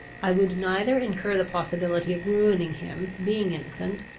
i would neither incur the possibility of ruining him, being innocent,